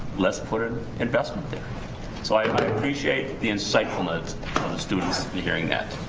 let's put an investment there so i appreciate the insightful note the students you hearing that,